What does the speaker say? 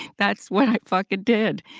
that's what i fucking did.